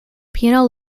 piano